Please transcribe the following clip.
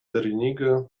derjenige